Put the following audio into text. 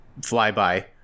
flyby